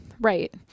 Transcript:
Right